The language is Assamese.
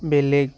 বেলেগ